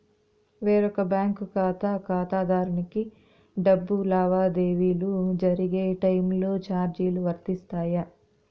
వేరొక బ్యాంకు ఖాతా ఖాతాదారునికి డబ్బు లావాదేవీలు జరిగే టైములో చార్జీలు వర్తిస్తాయా?